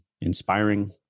inspiring